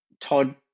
Todd